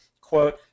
Quote